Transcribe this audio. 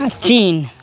आ चीन